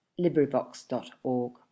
LibriVox.org